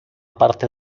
parte